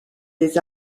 des